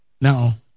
Now